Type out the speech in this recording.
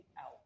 out